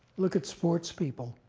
look at sports people.